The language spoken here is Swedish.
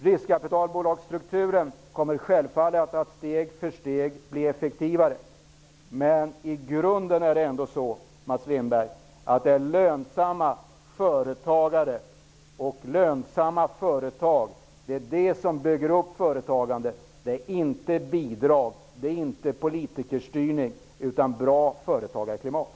Riskkapitalbolagsstrukturen kommer självfallet att steg för steg bli effektivare, men i grunden är det ändå så, Mats Lindberg, att det är lönsamma företagare och företag som bygger företagandet. Det är inte bidrag eller politikerstyrning utan ett bra företagarklimat.